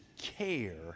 care